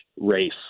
race